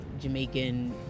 Jamaican